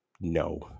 no